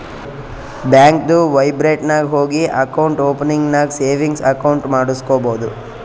ಬ್ಯಾಂಕ್ದು ವೆಬ್ಸೈಟ್ ನಾಗ್ ಹೋಗಿ ಅಕೌಂಟ್ ಓಪನಿಂಗ್ ನಾಗ್ ಸೇವಿಂಗ್ಸ್ ಅಕೌಂಟ್ ಮಾಡುಸ್ಕೊಬೋದು